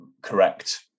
correct